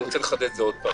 אני רוצה לחדד את זה עוד פעם,